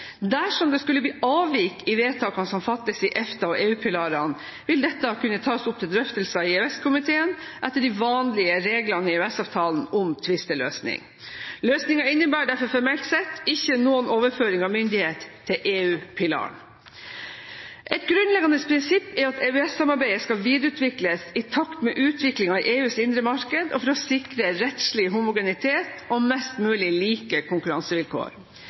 Dersom det skulle bli avvik i vedtakene som fattes i EFTA- og EU-pilarene, vil dette kunne tas opp til drøftelser i EØS-komiteen etter de vanlige reglene i EØS-avtalen om tvisteløsning. Løsningen innebærer derfor formelt sett ikke noen overføring av myndighet til EU-pilaren. Et grunnleggende prinsipp er at EØS-samarbeidet skal videreutvikles i takt med utviklingen i EUs indre marked og for å sikre rettslig homogenitet og mest mulig like konkurransevilkår.